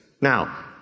Now